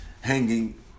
hanging